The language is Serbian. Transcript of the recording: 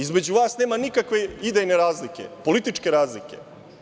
Između vas nema nikakve idejne razlike, političke razlike.